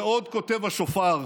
ועוד כותב השופר: